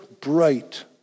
bright